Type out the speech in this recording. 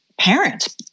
parent